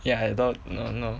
ya I don't know no